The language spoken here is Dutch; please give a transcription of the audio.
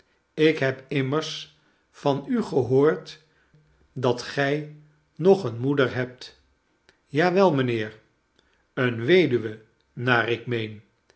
ik heb immers van u gehoord dat gij nog eene moeder hebt ja wel mijnheer eene weduwe